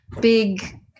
big